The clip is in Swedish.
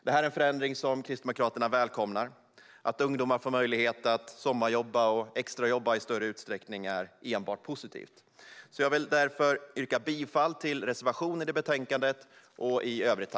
Det är en förändring som Kristdemokraterna välkomnar. Att ungdomar får möjlighet att i större utsträckning sommarjobba och extrajobba är enbart positivt. Jag vill därför yrka bifall till reservationen i betänkandet.